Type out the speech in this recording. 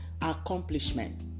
accomplishment